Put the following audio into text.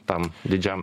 tam didžiam